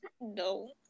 No